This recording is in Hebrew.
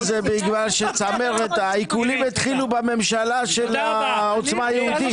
זה בגלל שהעיקולים התחילו בממשלה של עוצמה יהודית,